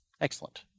Excellent